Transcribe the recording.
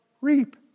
reap